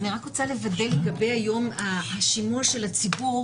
אני רוצה לוודא לגבי השימוע של הציבור